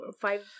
five